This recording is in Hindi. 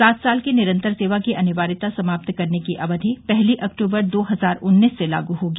सात साल की निरंतर सेवा की अनिवार्यता समाप्त करने की अवधि पहली अक्टूबर दो हजार उन्नीस से लागू होगी